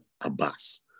Abbas